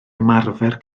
ymarfer